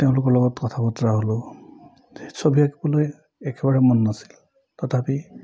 তেওঁলোকৰ লগত কথা বতৰা হ'লোঁ ছবি আঁকিবলৈ একেবাৰে মন নাছিল তথাপি